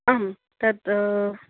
आं तत्